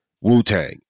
Wu-Tang